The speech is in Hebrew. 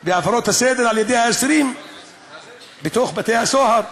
והפרות הסדר על-ידי האסירים בתוך בתי-הסוהר,